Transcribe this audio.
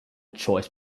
choice